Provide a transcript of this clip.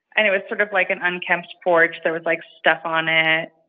and it was sort of, like, an unkempt porch. there was, like, stuff on it.